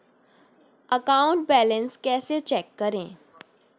Account balance कैसे check करें?